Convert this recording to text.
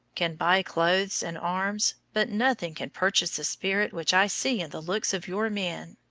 can buy clothes and arms, but nothing can purchase the spirit which i see in the looks of your men.